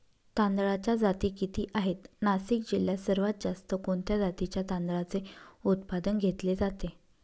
तांदळाच्या जाती किती आहेत, नाशिक जिल्ह्यात सर्वात जास्त कोणत्या जातीच्या तांदळाचे उत्पादन घेतले जाते?